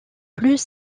plus